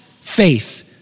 faith